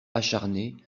acharnés